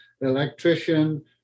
electrician